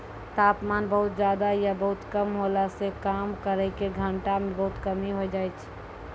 तापमान बहुत ज्यादा या बहुत कम होला सॅ काम करै के घंटा म बहुत कमी होय जाय छै